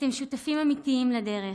אתם שותפים אמיתיים לדרך,